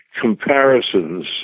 Comparisons